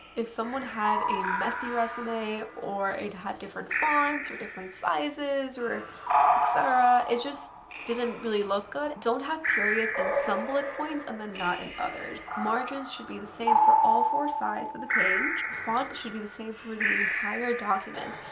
if someone had a messy resume or it had different fonts or different sizes or etc it just didn't really look good. don't have periods and some bullet points and then not in others. margins should be the same for all four sides of the page. font should be the same for the entire document.